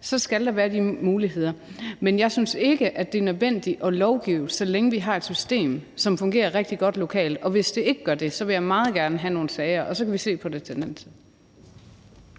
så skal der være de muligheder. Men jeg synes ikke, at det er nødvendigt at lovgive, så længe vi har et system, som fungerer rigtig godt lokalt, og hvis ikke det gør det, vil jeg meget gerne have nogle sager, og så kan vi se på det til den